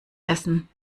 essen